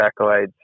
accolades